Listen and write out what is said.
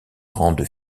grande